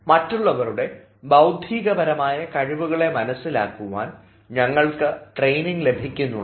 മറ്റുള്ളവരുടെ ബൌദ്ധികപരമായ കഴിവുകളെ മനസ്സിലാക്കുവാൻ ഞങ്ങൾക്ക് ട്രെയിനിങ് ലഭിക്കുന്നുണ്ട്